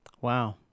Wow